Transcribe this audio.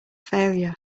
failure